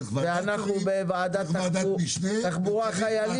צריך ועדת שרים, צריך ועדת משנה וצריך מעקב.